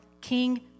king